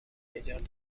ایجاد